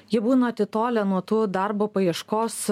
jie būna atitolę nuo tų darbo paieškos